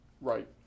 right